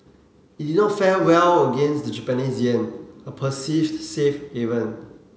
it did not fare well against the Japanese yen a perceived safe haven